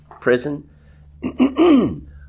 prison